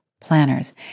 planners